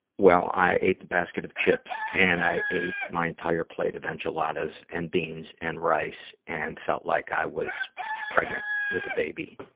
well, i ate the basket of chips and i ate my entire plate of enchiladas and beans and rice and felt like i was pregnant with a baby.